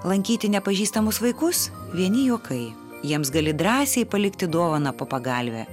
lankyti nepažįstamus vaikus vieni juokai jiems gali drąsiai palikti dovaną po pagalve